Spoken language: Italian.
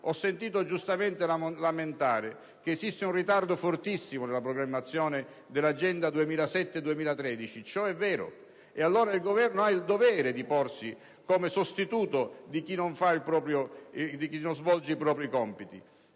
Ho sentito giustamente lamentare che esiste un ritardo fortissimo nella programmazione dell'agenda 2007-2013. Ciò è vero. Allora il Governo ha il dovere di porsi come sostituto di chi non svolge i propri compiti.